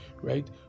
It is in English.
right